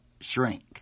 shrink